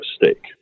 mistake